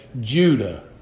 Judah